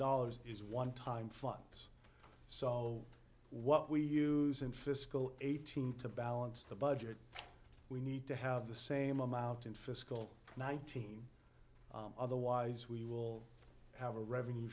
dollars is one time funds so what we use in fiscal eighteen to balance the budget we need to have the same amount in fiscal nineteen otherwise we will have a revenue